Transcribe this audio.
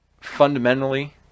fundamentally